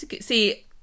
See